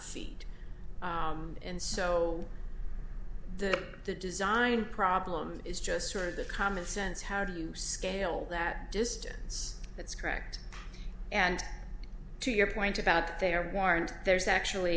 feet and so the design problem is just sort of the common sense how do you scale that distance that's correct and to your point about their war and there's actually